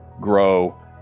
grow